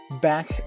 back